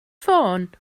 ffôn